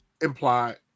Implied